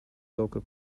local